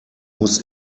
muss